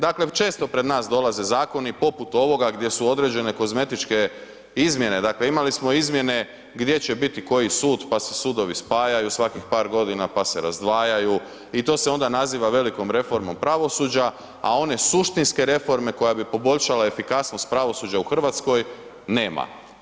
Dakle, često pred nas dolaze zakoni poput ovoga gdje su određene kozmetičke izmjene, dakle, imali smo izmjene gdje će biti koji sud, pa se sudovi spajaju svakih par godina, pa se razdvajaju i to se onda naziva velikom reformom pravosuđa, a one suštinske koja bi poboljšala efikasnost pravosuđa u RH, nema.